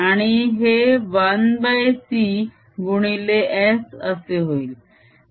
आणि हे 1c गुणिले S असे होईल